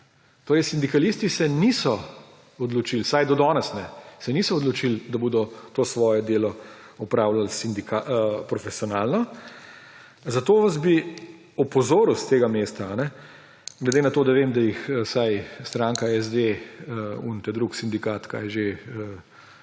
Sindikalisti se niso odločili, vsaj do danes ne, da bodo to svoje delo opravljali profesionalno, zato vas bi opozoril s tega mesta, glede na to da vem, da vsaj stranka SD tisti drugi sindikat – kaj je